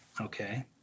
okay